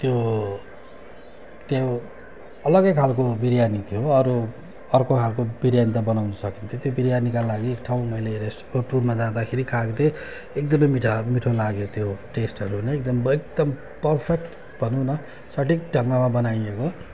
त्यो त्यो अलग्गै खालको बिरयानी थियो अरू अर्को खालको बिरयानी त बनाउनु सकिन्थ्यो त्यो बिरयानी लागि एक ठाउँ मैले रेस टुरमा जाँदाखेरि खाएको थिएँ एकदमै मिठा मिठो लाग्यो त्यो टेस्टहरू नै भयो एकदम पर्फेक्ट भनौँ न सठिक ढङ्गमा बनाइएको